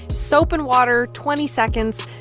soap and water, twenty seconds.